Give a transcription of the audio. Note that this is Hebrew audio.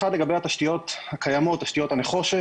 אחת, לגבי התשתיות הקיימות, תשתיות הנחושת,